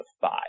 five